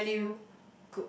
fair new